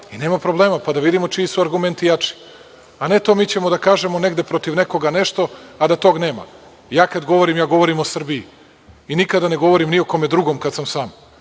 i nema problema, pa da vidimo čiji su argumenti jači. A, ne to, mi ćemo da kažemo negde protiv nekoga nešto, a da tog nema. Ja kada govorim, ja govorim o Srbiji i nikada ne govorim ni o kome drugom kada sam sam.